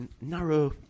narrow